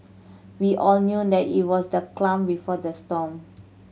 we all knew that it was the clam before the storm